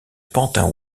pantin